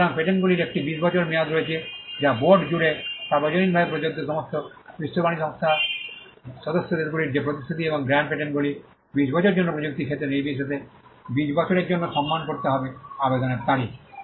সুতরাং পেটেন্টগুলির একটি 20 বছর মেয়াদ রয়েছে যা বোর্ড জুড়ে সর্বজনীনভাবে প্রযোজ্য সমস্ত বিশ্ব বাণিজ্য সংস্থার সদস্য দেশগুলির যে প্রতিশ্রুতি এবং গ্র্যান্ড পেটেন্টগুলি 20 বছরের জন্য প্রযুক্তির ক্ষেত্রে নির্বিশেষে 20 বছরের জন্য সম্মান করতে হবে আবেদনের তারিখ